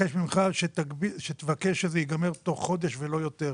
מבקש ממך שתבקש שזה ייגמר תוך חודש ולא יותר.